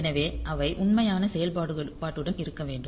எனவே அவை உண்மையான செயல்பாட்டுடன் இருக்க வேண்டும்